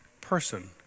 person